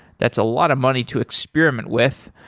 that's a lot of money to experiment with.